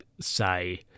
say